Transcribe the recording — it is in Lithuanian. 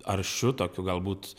aršiu tokiu galbūt